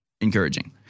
encouraging